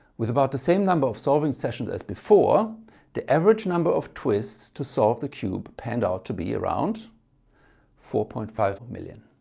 with about the same number of solving sessions as before the average number of twists to solve the cube panned out to be around four point five million.